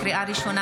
לקריאה ראשונה,